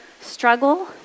struggle